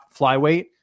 flyweight